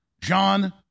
John